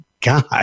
god